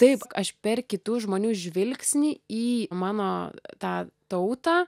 taip aš per kitų žmonių žvilgsnį į mano tą tautą